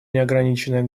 неограниченное